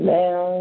now